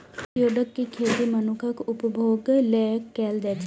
geoduck के खेती मनुक्खक उपभोग लेल कैल जाइ छै